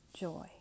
joy